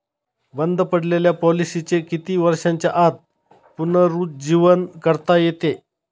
बंद पडलेल्या पॉलिसीचे किती वर्षांच्या आत पुनरुज्जीवन करता येते?